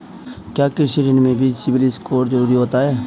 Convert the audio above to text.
क्या कृषि ऋण में भी सिबिल स्कोर जरूरी होता है?